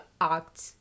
act